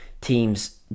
teams